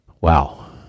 Wow